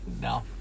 No